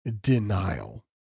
denial